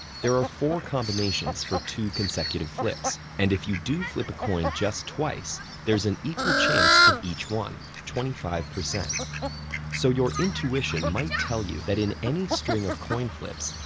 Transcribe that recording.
there are four combinations for two consecutive flips. and if you do flip a coin just twice, there's an equal chance of each one twenty five. so your intuition might tell you that in any string of coin flips,